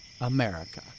America